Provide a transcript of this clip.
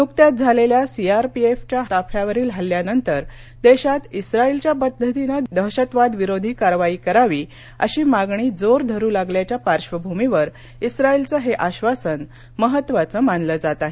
नुकत्याच झालेल्या सीआरपीएफच्या ताफ्यावरील हल्ल्यानंतर देशात इस्राइलच्या पद्धतीनं दहशतवादविरोधी कारवाई करावी अशी मागणी जोर धरु लागल्याच्या पार्श्वभूमीवर ईस्राइलचं हे आश्वासन महत्त्वाचं मानलं जात आहे